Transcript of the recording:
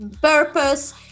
purpose